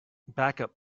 backup